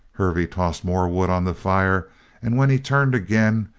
hervey tossed more wood on the fire and when he turned again,